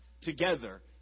together